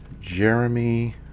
Jeremy